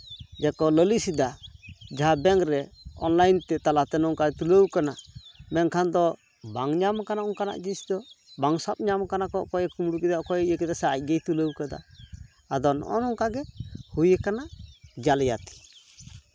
ᱡᱮᱠᱚ ᱞᱟᱹᱞᱤᱥᱫᱟ ᱡᱟᱦᱟᱸ ᱵᱮᱝᱠ ᱨᱮ ᱚᱱᱞᱟᱭᱤᱱ ᱛᱟᱞᱟᱛᱮ ᱱᱚᱝᱠᱟᱭ ᱛᱩᱞᱟᱹᱣ ᱠᱟᱱᱟ ᱢᱮᱱᱠᱷᱟᱱ ᱫᱚ ᱵᱟᱝ ᱧᱟᱢ ᱠᱟᱱᱟ ᱚᱱᱠᱟᱱᱟᱜ ᱡᱤᱱᱤᱥ ᱫᱚ ᱵᱟᱝ ᱥᱟᱵ ᱧᱟᱢ ᱠᱟᱱᱟ ᱠᱚ ᱚᱠᱚᱭ ᱠᱩᱢᱵᱲᱩ ᱠᱮᱫᱟ ᱥᱮ ᱚᱠᱚᱭ ᱤᱭᱟᱹ ᱠᱮᱫᱟ ᱥᱮ ᱟᱡᱜᱮᱭ ᱛᱩᱞᱟᱹᱣ ᱠᱟᱫᱟ ᱟᱫᱚ ᱱᱚᱜᱼᱚ ᱱᱚᱝᱠᱟ ᱜᱮ ᱦᱩᱭᱟᱠᱟᱱᱟ ᱡᱟᱹᱞᱤᱭᱟᱹᱛᱤ